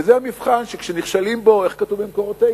וזה המבחן שכשנכשלים בו, איך כתוב במקורותינו,